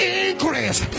increase